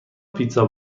پیتزا